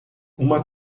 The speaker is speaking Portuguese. uma